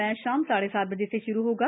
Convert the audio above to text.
match शाम साढे सात बजे से शुरू होगा